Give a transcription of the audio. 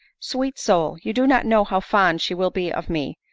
sweet soul! you do not know how fond she will be of me!